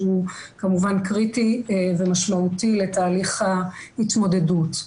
כמובן קריטי ומשמעותי לתהליך ההתמודדות.